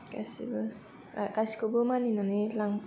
गासैबो गासैखौबो मानिनानै लां